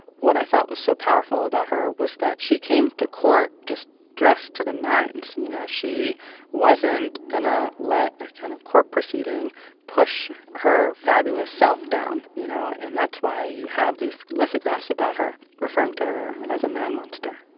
what i thought was so powerful about her was that she came to court, just, dressed to the nines. you know, she wasn't going to let a kind of court proceeding push her fabulous self down, you know? and that's why you have these lithographs about her, referring to her as a man monster,